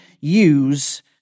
use